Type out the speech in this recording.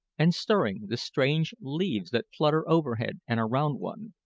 and stirring the strange leaves that flutter overhead and around one,